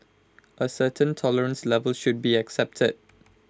A certain tolerance level should be accepted